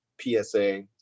PSA